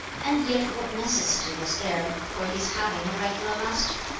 and yet what necessity was there for his having a regular master